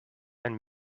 and